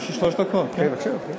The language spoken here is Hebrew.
בבקשה, חבר הכנסת ליצמן.